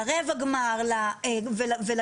לרבע הגמר ולגמר.